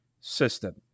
system